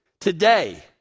today